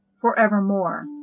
forevermore